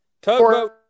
Tugboat